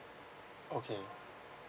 okay